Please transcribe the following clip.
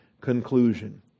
conclusion